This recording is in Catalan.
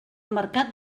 mercat